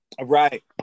right